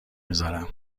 میزارم